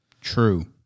True